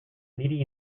niri